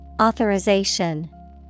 Authorization